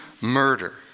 murder